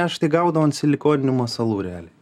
aš tai gaudau ant silikoninių masalų realiai